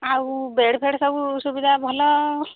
ଆଉ ବେଡ଼୍ ଫେଡ଼୍ ସବୁ ସୁବିଧା ଭଲ